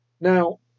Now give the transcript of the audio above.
Now